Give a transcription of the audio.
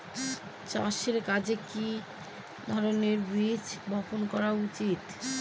চাষের কাজে কি ধরনের বীজ বপন করা উচিৎ?